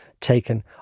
Taken